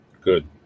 Good